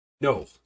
No